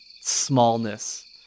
smallness